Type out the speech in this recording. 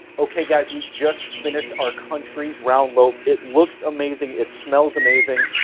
okay, guys, we just finished our country round loaf. it looks amazing. it smells amazing.